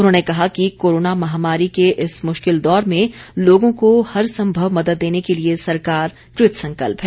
उन्होंने कहा कि कोरोना महामारी के इस मुश्किल दौर में लोगों को हरसंभव मदद देने के लिए सरकार कृतसंकल्प है